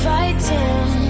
fighting